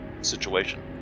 situation